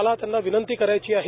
मला त्यांना विनंती कराची आहे